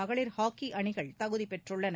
மகளிர் ஹாக்கி அணிகள் தகுதி பெற்றுள்ளன